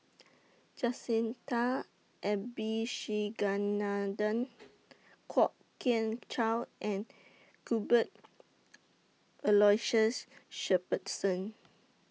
Jacintha Abisheganaden Kwok Kian Chow and Cuthbert Aloysius Shepherdson